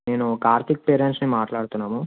నేను కార్తీక్ పేరెంట్స్ని మాట్లాడుతున్నాము